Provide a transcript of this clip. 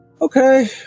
okay